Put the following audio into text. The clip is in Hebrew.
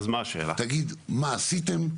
תגיד מה עשיתם,